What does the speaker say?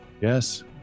Yes